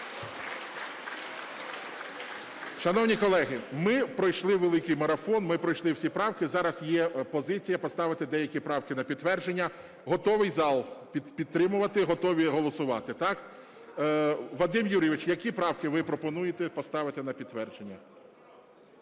Шановні колеги, ми пройшли великий марафон. Ми пройшли всі правки. Зараз є позиція поставити деякі правки на підтвердження. Готовий зал підтримувати, готові голосувати, так. Вадим Євгенович, які правки ви пропонуєте поставити на підтвердження?